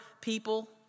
people